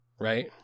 Right